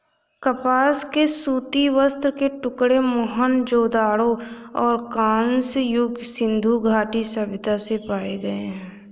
कपास के सूती वस्त्र के टुकड़े मोहनजोदड़ो और कांस्य युग सिंधु घाटी सभ्यता से पाए गए है